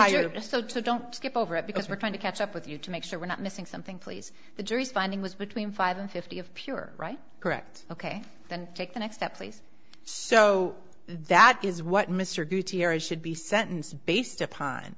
i are just go to don't skip over it because we're trying to catch up with you to make sure we're not missing something please the jury's finding was between five and fifty of pure right correct ok then take the next step please so that is what mr gutierrez should be sentenced based upon